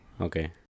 Okay